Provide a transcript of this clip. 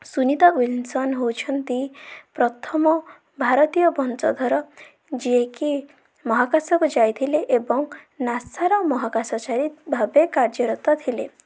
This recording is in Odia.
ସୁନିତା ୱିନ୍ସନ୍ ହେଉଛନ୍ତି ପ୍ରଥମ ଭାରତୀୟ ବଂଶଧର ଯିଏକି ମହାକାଶକୁ ଯାଇଥିଲେ ଏବଂ ନାସାର ମହାକାଶ ଯାଇ ଭାବେ କାର୍ଯ୍ୟରତ ଥିଲେ